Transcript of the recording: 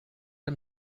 him